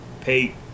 pay